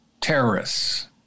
terrorists